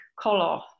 color